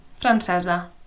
Francesa